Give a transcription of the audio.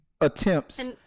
attempts